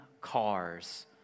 cars